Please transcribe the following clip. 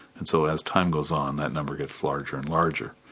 and so as time goes on that number gets larger and larger.